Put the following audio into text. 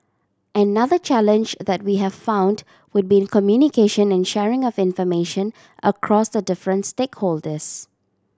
another challenge that we have found would be in communication and sharing of information across the different stakeholders